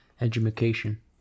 Education